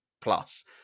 plus